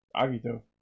Agito